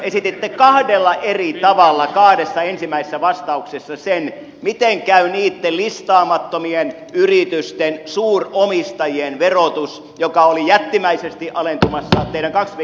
esititte kahdella eri tavalla kahdessa ensimmäisessä vastauksessa sen miten käy niitten listaamattomien yritysten suuromistajien verotuksen joka oli jättimäisesti alentumassa teidän kahden viikon takaisen esityksenne mukaan